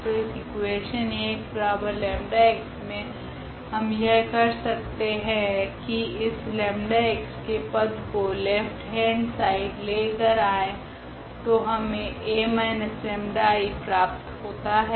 तो इस equation Ax𝜆x मे हम यह कर सकते है की इस 𝜆x के पद को लेफ्ट हैंड साइड लेकर आए तो हमे A 𝜆I प्राप्त होता है